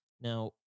now